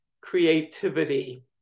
creativity